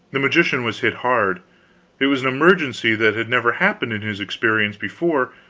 the magician was hit hard it was an emergency that had never happened in his experience before,